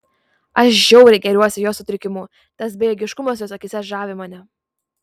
aš žiauriai gėriuosi jos sutrikimu tas bejėgiškumas jos akyse žavi mane